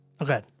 Okay